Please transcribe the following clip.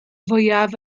fwyaf